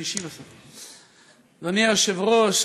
אדוני היושב-ראש,